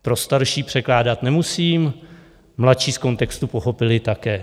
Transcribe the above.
Pro starší překládat nemusím, mladší z kontextu pochopili také.